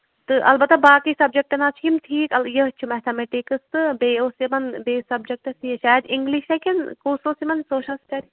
تہٕ اَلبتہٕ باقٕے سَبجیکٹ حظ چھِ یِم ٹھیٖک یِہےَ چھِ میتھامیٹِکٔس تہٕ بیٚیہِ اوس تِمن بیٚیِس سِبجیکٹَس تہِ شاید اِنگلِش ہا کِنہٕ کُس اوس یِمن سوشَل سٔٹَڈیٖز